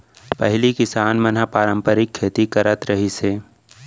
पहिली किसान मन ह पारंपरिक खेती करत रिहिस हे